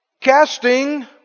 Casting